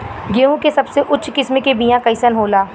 गेहूँ के सबसे उच्च किस्म के बीया कैसन होला?